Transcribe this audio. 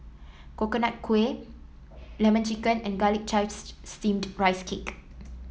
Coconut Kuih lemon chicken and Garlic Chives Steamed Rice Cake